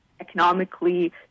Economically